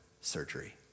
surgery